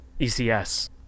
ECS